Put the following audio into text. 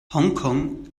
hongkong